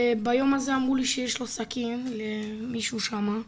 וביום הזה אמרו לי שיש לו סכין, למישהו שמה,